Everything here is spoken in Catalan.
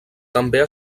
també